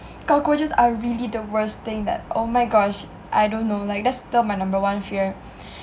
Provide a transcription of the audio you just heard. cockroaches are really the worst thing that oh my gosh I don't know that's still my number one fear